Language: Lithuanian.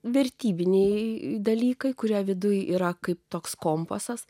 vertybiniai dalykai kurie viduj yra kaip toks kompasas